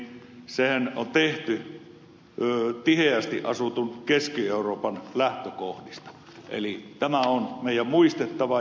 sehän on tehty tiheästi asutun keski euroopan lähtökohdista tämä on meidän muistettava